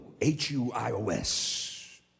H-U-I-O-S